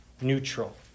neutral